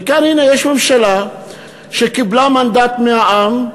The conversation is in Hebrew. וכאן, הנה, יש ממשלה שקיבלה מנדט מהעם,